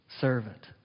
servant